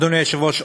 אדוני היושב-ראש,